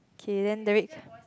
k then the reds